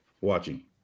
Watching